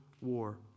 war